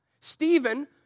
Stephen